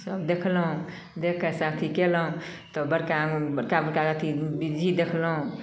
सब देखलहुँ देखिके से अथी केलहुँ तऽ बड़का बड़का बड़का अथी बिज्जी देखलहुँ